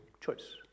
choice